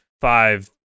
five